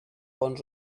bons